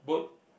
boat